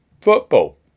football